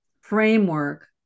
framework